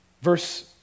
Verse